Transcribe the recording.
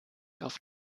auf